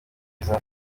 iza